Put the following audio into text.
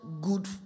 good